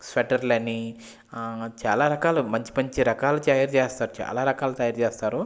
స్వేటర్లని చాలా రకాలు మంచి మంచి రకాలు తయారు చేస్తారు చాలా రకాలు తయారు చేస్తారు